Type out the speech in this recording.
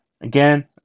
again